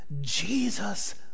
Jesus